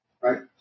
Right